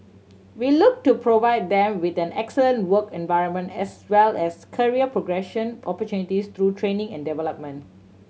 we look to provide them with an excellent work environment as well as career progression opportunities through training and development